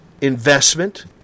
investment